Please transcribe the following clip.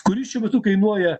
kuris šiuo metu kainuoja